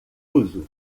uso